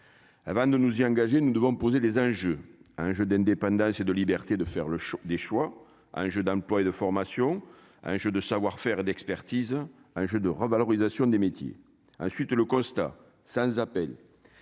va nous nous y engager, nous devons poser les un jeu, un jeu d'indépendance et de liberté, de faire le choix, des choix, un jeu d'emploi et de formation à un jeu de savoir-faire et d'expertise, un jeu de revalorisation des métiers à suite le constat sans appel,